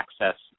access